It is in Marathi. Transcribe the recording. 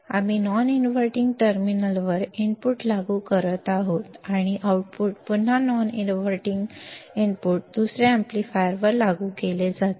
आम्ही नॉन इनव्हर्टींग टर्मिनलवर इनपुट लागू करत आहोत आणि आउटपुट पुन्हा नॉन इनव्हर्टिंग इनपुट दुसर्या एम्पलीफायरवर लागू केले जाते